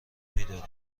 میداریم